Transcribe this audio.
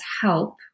help